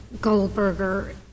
Goldberger